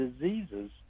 diseases